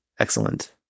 Excellent